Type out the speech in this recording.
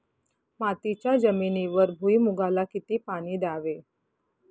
मातीच्या जमिनीवर भुईमूगाला किती पाणी द्यावे?